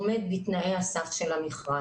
עומד בתנאי הסף של המכרז.